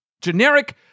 generic